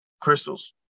crystals